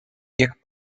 jak